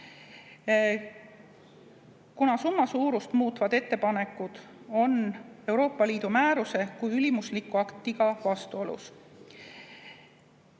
kuna summa suurust muutvad ettepanekud on Euroopa Liidu määruse kui ülimusliku aktiga vastuolus.